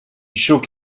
shook